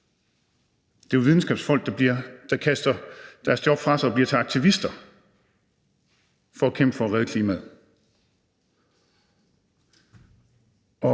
Det er jo videnskabsfolk, der kaster deres job fra sig og bliver aktivister for at kæmpe for at redde klimaet.